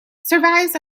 survives